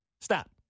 Stop